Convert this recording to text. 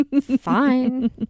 Fine